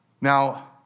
Now